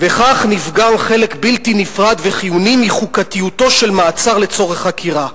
"וכך נפגם חלק בלתי נפרד וחיוני מחוקתיותו של מעצר לצורך חקירה".